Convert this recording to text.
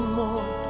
more